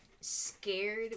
scared